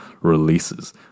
releases